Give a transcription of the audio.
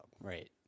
Right